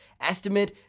estimate